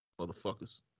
motherfuckers